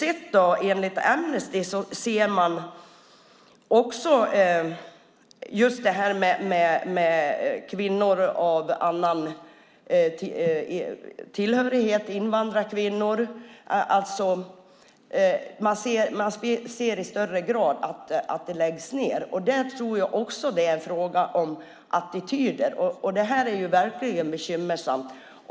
Enligt Amnesty ser man att fallen gällande kvinnor av annan etnisk tillhörighet, invandrarkvinnor, i större grad läggs ned. Det är en fråga om attityder. Det är verkligen bekymmersamt.